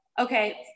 okay